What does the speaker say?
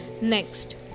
Next